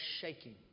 shaking